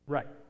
Right